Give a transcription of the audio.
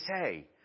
say